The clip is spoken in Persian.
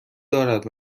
دارد